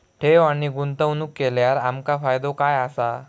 ठेव आणि गुंतवणूक केल्यार आमका फायदो काय आसा?